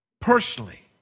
personally